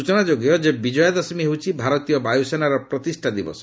ସୂଚନାଯୋଗ୍ୟ ଯେ ବିଜୟା ଦଶମୀ ହେଉଛି ଭାରତୀୟ ବାୟୁସେନାର ପ୍ରତିଷ୍ଠା ଦିବସ